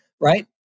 right